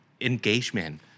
engagement